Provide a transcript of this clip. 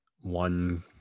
one